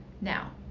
Now